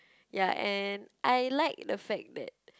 ya and I like the fact that